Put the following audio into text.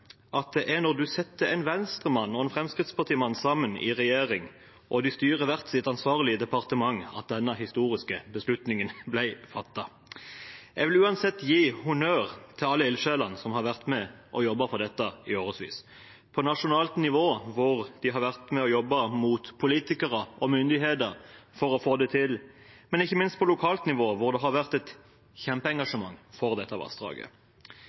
at det er når en setter en Venstre-mann og en Fremskrittsparti-mann sammen i regjering, og de styrer hvert sitt ansvarlige departement, at denne historiske beslutningen blir fattet. Jeg vil uansett gi honnør til alle ildsjelene som har vært med og jobbet for dette i årevis – på nasjonalt nivå, hvor de har vært med og jobbet mot politikere og myndigheter for å få det til, men ikke minst på lokalt nivå, hvor det har vært et kjempeengasjement for dette vassdraget.